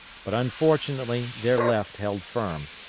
but unfortunately their left held firm,